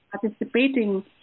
participating